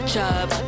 Chub